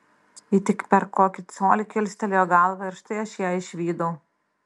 ji tik per kokį colį kilstelėjo galvą ir štai aš ją išvydau